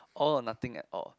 all or nothing at all